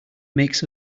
makes